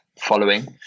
following